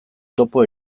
topo